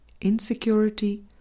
insecurity